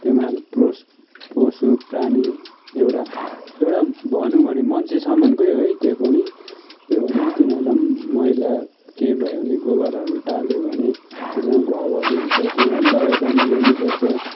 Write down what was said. त्यो पनि हामी प्रोस पशुप्राणि एउटा एउटा भनौँ भने मान्छेसम्म कै होइ त्यो पनि के भने तिनीहरूलाई पनि मैला के भयो भने गोबारहरू टाल्यो भने त्यसलाई पनि घाउहरू हुन्छ तिनीहरूलाई दबाई पानी गर्नुपर्छ